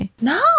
No